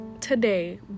today